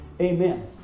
Amen